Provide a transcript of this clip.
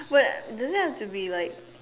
what does it have to be like